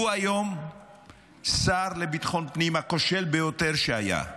הוא היום השר לביטחון לאומי הכושל ביותר שהיה.